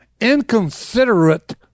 inconsiderate